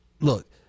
look